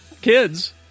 kids